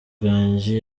gangi